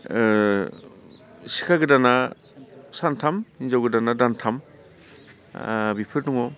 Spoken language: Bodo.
सिखा गोदाना सानथाम हिनजाव गोदाना दानथाम बेफोर दङ